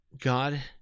God